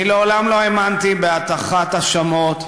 אני מעולם לא האמנתי בהטחת האשמות,